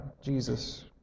Jesus